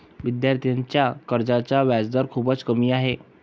विद्यार्थ्यांच्या कर्जाचा व्याजदर खूपच कमी आहे